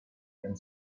and